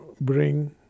bring